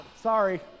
Sorry